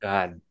God